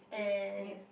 yes yes